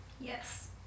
Yes